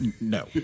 No